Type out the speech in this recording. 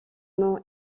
nom